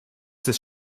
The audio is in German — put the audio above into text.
des